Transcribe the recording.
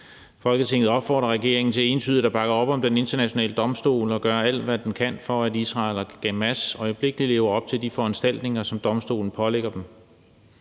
Folketinget opfordrer regeringen til entydigt at bakke op om Den Internationale Domstol og gøre alt, hvad den kan, for at Israel og Hamas øjeblikkelig lever op til de foranstaltninger, som domstolen pålægger dem.